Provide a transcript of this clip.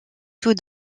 tous